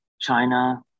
china